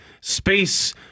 space